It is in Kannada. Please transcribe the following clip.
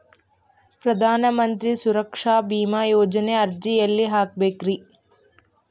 ಪ್ರಧಾನ ಮಂತ್ರಿ ಸುರಕ್ಷಾ ಭೇಮಾ ಯೋಜನೆ ಅರ್ಜಿ ಎಲ್ಲಿ ಹಾಕಬೇಕ್ರಿ?